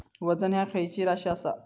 वजन ह्या खैची राशी असा?